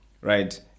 right